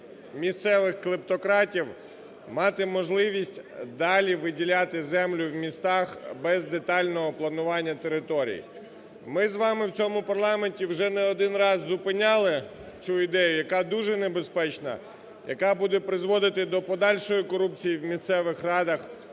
місцевих клептократів мати можливість далі виділяти землю в містах без детального планування територій. Ми з вами в цьому парламенті вже не один раз зупиняли цю ідею, яка дуже небезпечна, яка буде призводити до подальшої корупції в місцевих радах,